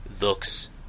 looks